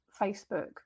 Facebook